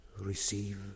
receive